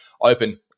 open